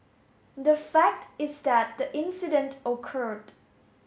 the fact is that the incident occurred